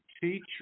teacher